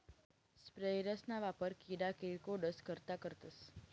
sprayers ना वापर किडा किरकोडस करता करतस